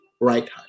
right